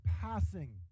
passing